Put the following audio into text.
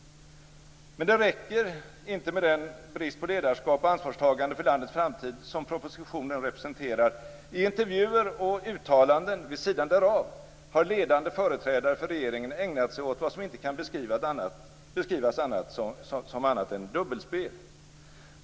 Men det räcker inte med den brist på ledarskap och ansvarstagande för landets framtid som propositionen representerar. I intervjuer och uttalanden vid sidan därav har ledande företrädare för regeringen ägnat sig åt vad som inte kan beskrivas som annat än dubbelspel.